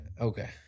okay